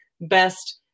best